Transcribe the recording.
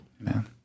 Amen